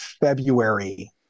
February